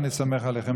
אני סומך עליכם,